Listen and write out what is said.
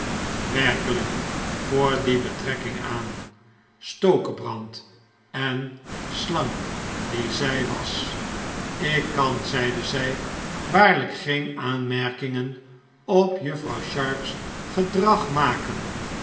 werkelijk voor die betrekking aan stokebrand en slang die zij was ik kan zeide zij waarlijk geen aanmerkingen op juffrouw sharp's gedrag maken